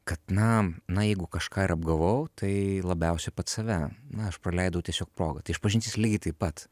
kad na na jeigu kažką ir apgavau tai labiausiai pats save na aš praleidau tiesiog progą tai išpažintis lygiai taip pat